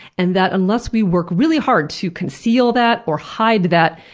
and that unless we work really hard to conceal that or hide that,